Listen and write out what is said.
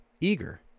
eager